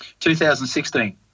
2016